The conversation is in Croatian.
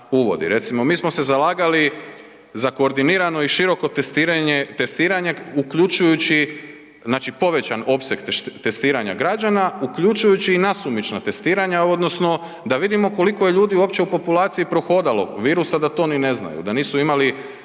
Recimo, mi smo se zalagali za koordinirano i široko testiranje, testiranje uključujući, znači povećan opseg testiranja građana, uključujući i nasumično testiranje odnosno da vidimo koliko je ljudi uopće u populaciji prohodalo virusa da to ni ne znaju, da nisu imali